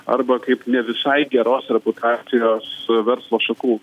arba kaip ne visai geros reputacijos verslo šakų